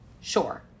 Sure